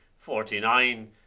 Forty-nine